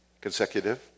consecutive